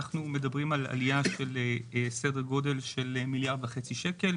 אנחנו מדברים על עלייה של סדר גודל של מיליארד וחצי שקל.